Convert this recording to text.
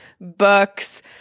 books